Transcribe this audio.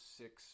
six